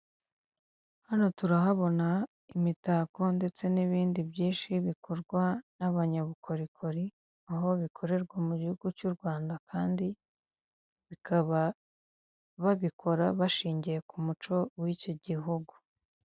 Aya n'ameza ari mu nzu, bigaragara ko aya meza ari ayokuriho arimo n'intebe nazo zibaje mu biti ariko aho bicarira hariho imisego.